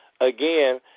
again